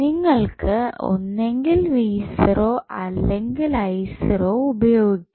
നിങ്ങൾക്ക് ഒന്നുങ്കിൽ അല്ലെങ്കിൽ ഉപയോഗിക്കാം